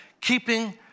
keeping